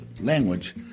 language